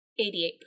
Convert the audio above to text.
88%